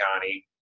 County